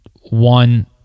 One